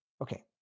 Okay